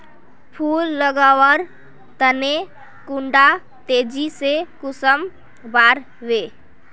फुल लगवार तने कुंडा तेजी से कुंसम बार वे?